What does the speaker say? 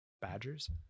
badgers